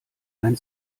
ein